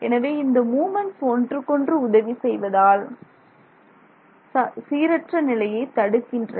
எனவே இந்த மூமென்ட்ஸ் ஒன்றுக்கொன்று உதவி செய்வதால் சீரற்ற நிலையை தடுக்கின்றன